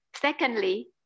Secondly